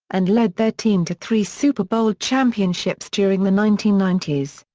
and led their team to three super bowl championships during the nineteen ninety s.